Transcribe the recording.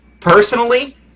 Personally